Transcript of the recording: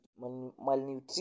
malnutrition